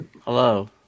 Hello